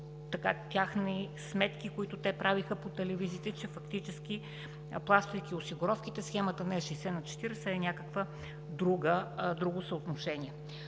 техни сметки, които те правиха по телевизиите, че фактически, плащайки осигуровките, схемата не е 60/40, а е някаква друга, друго съотношение.